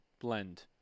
blend